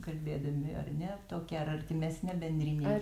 kalbėdami ar ne tokia ar artimesna bendrinei